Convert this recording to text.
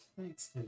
Thanks